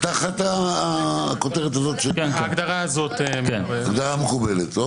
ההגדרה הזאת מקובלת.